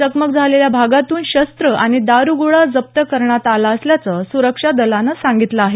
चकमक झालेल्या भागातून शस्त्र आणि दारुगोळा जप्त करण्यात आला असल्याचं सुरक्षा दलानं सांगितलं आहे